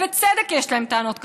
ובצדק יש להם טענות קשות,